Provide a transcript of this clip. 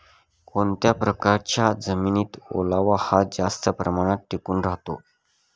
कोणत्या प्रकारच्या जमिनीत ओलावा हा जास्त प्रमाणात टिकून राहतो?